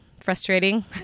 frustrating